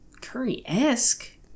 curry-esque